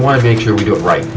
want to make sure we do it right